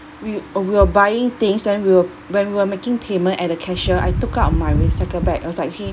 we we were buying things then we were when we were making payment at the cashier I took out my recycle bag I was like okay